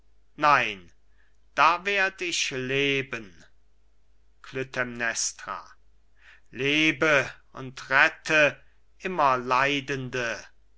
nein da werd ich leben klytämnestra lebe und rette immer leidende